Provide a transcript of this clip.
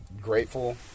grateful